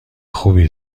خوبی